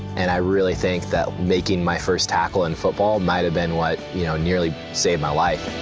and i really think that making my first tackle in football might have been what you know nearly saved my life.